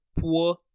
poor